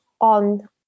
on